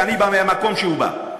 כי אני בא מהמקום שהוא בא.